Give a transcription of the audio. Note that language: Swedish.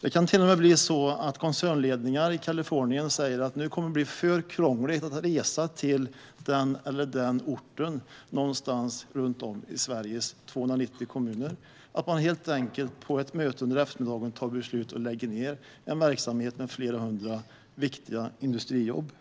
Det kan till och med bli på det sättet att koncernledningar i Kalifornien tycker att det kommer att bli för krångligt att resa till den eller den orten - någonstans runt om i Sveriges 290 kommuner - och därför helt enkelt, på ett möte en eftermiddag, tar beslut om att lägga ned en verksamhet med flera hundra viktiga industrijobb.